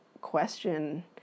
question